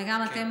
וגם אתן,